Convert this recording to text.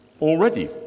already